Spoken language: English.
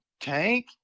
Tank